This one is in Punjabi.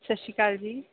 ਸਤਿ ਸ਼੍ਰੀ ਅਕਾਲ ਜੀ